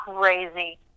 crazy